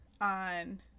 on